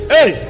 Hey